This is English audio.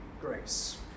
grace